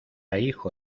hijo